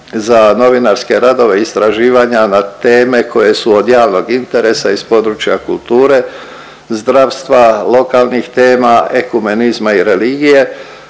za novinarske radove istraživanja na teme koje su od javnog interesa iz područja kulture, zdravstva, lokalnih tema, ekumenizma i religije,